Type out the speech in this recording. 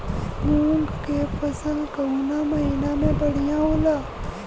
मुँग के फसल कउना महिना में बढ़ियां होला?